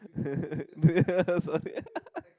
yeah I saw that